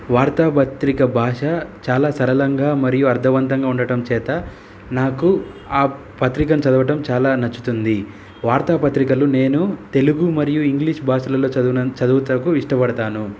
వార్తాపత్రిక భాష చాలా సరళంగా మరియు అర్థవంతంగా ఉండడం చేత నాకు ఆ పత్రికను చదవడం చాలా నచ్చుతుంది వార్తాపత్రికలు నేను తెలుగు మరియు ఇంగ్లీష్ భాషలలో చదువు చదువుటకు ఇష్టపడతాను